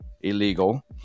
illegal